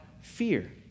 fear